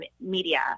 media